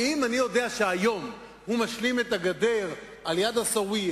כי אם אני יודע שהיום הוא משלים את הגדר ליד עיסאוויה